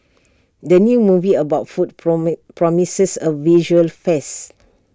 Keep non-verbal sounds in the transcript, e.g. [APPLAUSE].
the new movie about food [UNINTELLIGIBLE] promises A visual feast